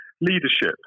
leadership